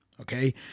okay